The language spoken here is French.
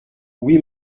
oui